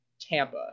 Tampa